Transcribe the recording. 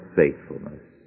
faithfulness